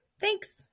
Thanks